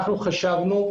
חשבנו,